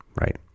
right